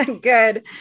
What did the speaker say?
Good